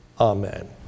Amen